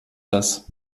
das